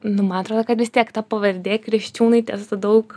nu man atrodo kad vis tiek ta pavardė kriščiūnaitės daug